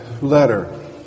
letter